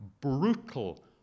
brutal